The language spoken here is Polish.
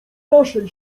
naszej